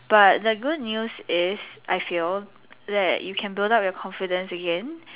but the good news is I feel that you can build up your confidence again